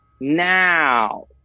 Now